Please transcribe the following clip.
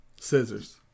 Scissors